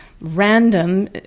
random